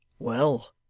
well!